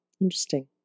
Interesting